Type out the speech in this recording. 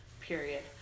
Period